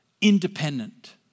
independent